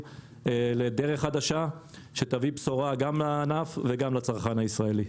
לדרך חדשה שתביא בשורה גם לענף וגם לצרכן הישראלי.